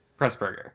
Pressburger